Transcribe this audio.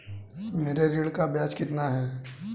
मेरे ऋण का ब्याज कितना है?